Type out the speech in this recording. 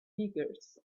beggars